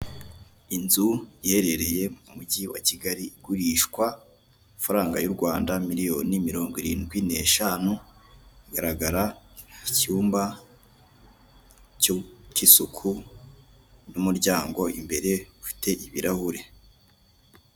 Inzu iherereye mu mujyi wa Kigali igurishwa amafaranga y'u Rwanda miliyoni mirongo irindwi n'eshanu igaragara icyumba k'isuku n'umuryango imbere ufite ibirahuri.